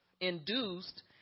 induced